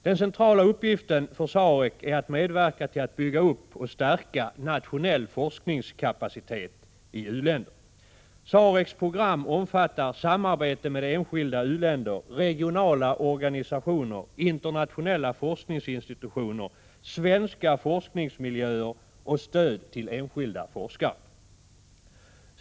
Den centrala uppgiften för SAREC är att medverka till att bygga upp och stärka nationell forskningskapacitet i u-länderna. SAREC:s program omfattar samarbete 61 med enskilda u-länder, regionala organisationer, internationella forskningsinstitutioner, svenska forskningsmiljöer och stöd till enskilda forskare.